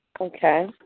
Okay